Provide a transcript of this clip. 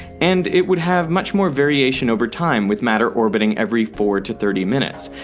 and it would have much more variation over time with matter orbiting every four to thirty minutes.